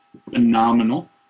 phenomenal